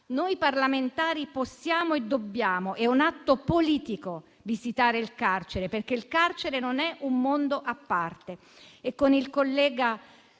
Noi parlamentari possiamo e dobbiamo - è un atto politico - visitare il carcere perché il carcere non è un mondo a parte. Con i colleghi